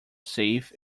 safe